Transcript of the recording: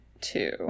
two